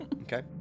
Okay